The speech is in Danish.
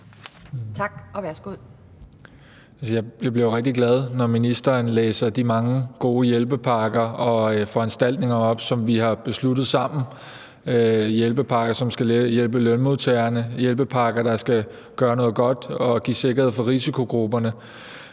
Jacob Mark (SF): Jeg bliver jo rigtig glad, når ministeren lister de mange gode hjælpepakker og foranstaltninger op, som vi har besluttet sammen – hjælpepakker, som skal hjælpe lønmodtagerne, og hjælpepakker, der skal gøre noget godt og give sikkerhed for risikogrupperne.